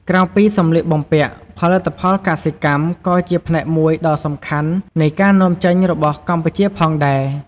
ក្រៅពីសម្លៀកបំពាក់ ផលិតផលកសិកម្ម ក៏ជាផ្នែកមួយដ៏សំខាន់នៃការនាំចេញរបស់កម្ពុជាផងដែរ។